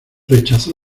rechazó